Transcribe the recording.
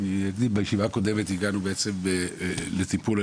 הגענו לטיפול,